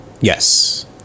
Yes